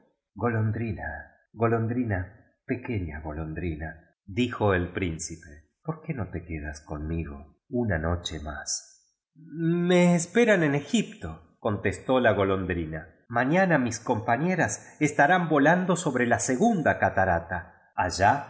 golondrina golondrina pequeña golondrina dijo el príncipe por quó no te quedas con migo una noche más me esperan en egipto contestó la golon drina mañana mis compañeras estarán volando sobre la segunda catarata allá